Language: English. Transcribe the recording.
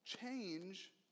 Change